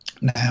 now